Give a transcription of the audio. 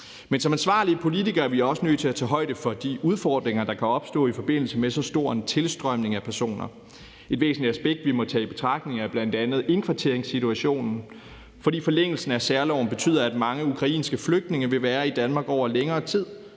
Men som ansvarlige politikere er vi også nødt til at tage højde for de udfordringer, der kan opstå i forbindelse med så stor en tilstrømning af personer. Et væsentligt aspekt, vi må tage i betragtning, er bl.a. indkvarteringssituationen, fordi forlængelsen af særloven betyder, at mange ukrainske flygtninge vil være i Danmark over længere tid,